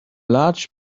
large